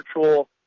virtual